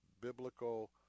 biblical